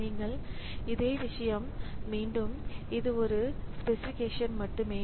இது மீண்டும் அதே விஷயம் இது ஒரு ஸ்பெசிஃபிகேஷன் மட்டுமே